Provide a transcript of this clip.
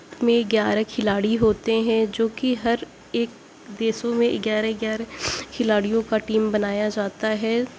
میں گیارہ کھلاڑی ہوتے ہیں جو کہ ہر ایک دیسوں میں گیارہ گیارہ کھلاڑیوں کا ٹیم بنایا جاتا ہے